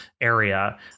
area